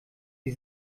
sie